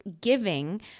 giving